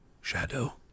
shadow